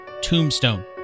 Tombstone